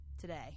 today